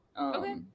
Okay